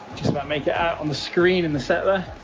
just about make it out on the screen in the set there.